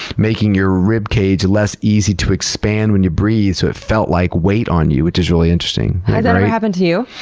making your rib cage less easy to expand when you breathe, so it felt like weight on you, which is really interesting. has that ever happened to you?